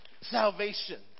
Salvation